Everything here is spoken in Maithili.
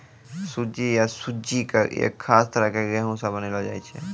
सूजी या सुज्जी कॅ एक खास तरह के गेहूँ स बनैलो जाय छै